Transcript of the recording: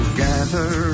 gather